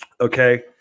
Okay